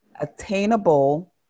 attainable